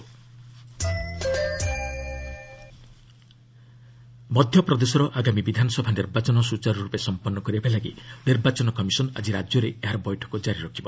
EC MP ମଧ୍ୟପ୍ରଦେଶର ଆଗାମୀ ବିଧାନସଭା ନିର୍ବାଚନ ସୂଚାରୁରୂପେ ସଫପନ୍ନ କରାଇବା ଲାଗି ନିର୍ବାଚନ କମିଶନ ଆଜି ରାଜ୍ୟରେ ଏହାର ବୈଠକ ଜାରି ରଖିବ